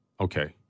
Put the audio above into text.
okay